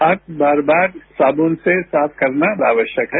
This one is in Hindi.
हाथ बार बार सावुन से साफ करना आवश्यक है